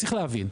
צריך להבין.